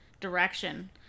direction